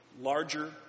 larger